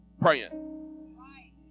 praying